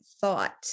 thought